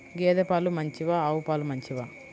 గేద పాలు మంచివా ఆవు పాలు మంచివా?